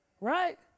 Right